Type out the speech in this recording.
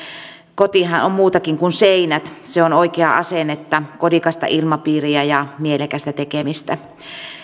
kotihan on muutakin kuin seinät se on oikeaa asennetta kodikasta ilmapiiriä ja mielekästä tekemistä